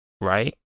right